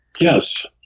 Yes